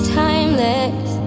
timeless